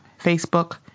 Facebook